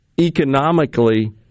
economically